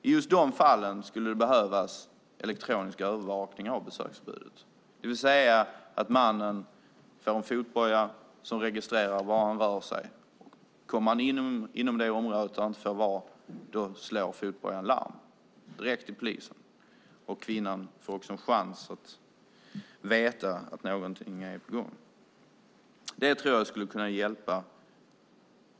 I just de fallen skulle det behövas elektronisk övervakning av besöksförbudet, det vill säga att mannen får en fotboja som registrerar var han rör sig. Kommer han in på det område där han inte får vara slår fotbojan larm direkt till polisen. Kvinnan får också veta att någonting är på gång. Jag tror att det skulle kunna hjälpa.